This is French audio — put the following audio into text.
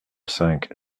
cinq